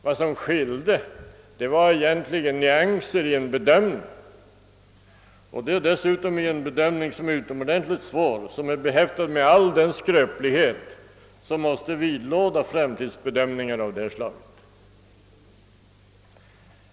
Vad som skilde var egentligen nyanser i en bedömning. Det gällde dessutom en bedömning som är utomordentligt svår och som är behäftad med all den skröplighet som måste vidlåda framtidsbedömningar av detta slag.